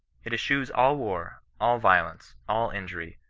it eschews all war, all yiolence, all injury,